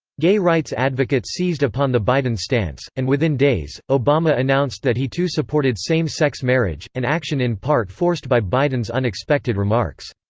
gay rights advocates seized upon the biden stance, and within days, obama announced that he too supported same-sex marriage, an action in part forced by biden's unexpected remarks.